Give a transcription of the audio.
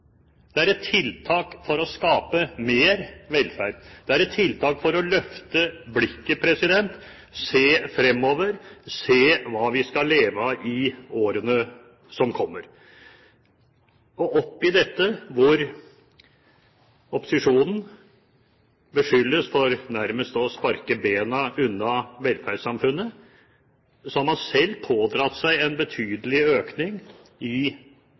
det er et tiltak for å skape mer velferd. Det er et tiltak for å løfte blikket, se fremover, se hva vi skal leve av i årene som kommer. Oppe i dette, hvor opposisjonen beskyldes for nærmest å sparke beina under velferdssamfunnet, har samfunnet selv pådratt seg en betydelig økning i